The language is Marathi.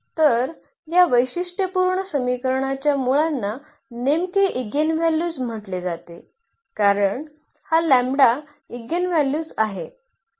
तर या वैशिष्ट्यपूर्ण समीकरणाच्या मुळांना नेमके इगेनव्हल्यूज म्हटले जाते कारण हा लॅम्ब्डा इगेनव्हल्यूज आहे